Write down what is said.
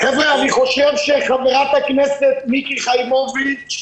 אני חושב שחברת הכנסת מיקי חיימוביץ'